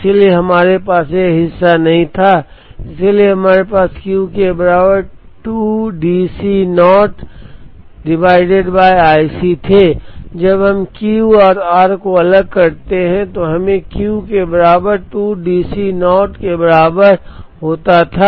पहले हमारे पास यह हिस्सा नहीं था इसलिए हमारे पास क्यू के बराबर 2 DC0 iC थे जब हम Qऔर R को अलग करते थे तो हमें Q के बराबर 2DC0 के बराबर होता था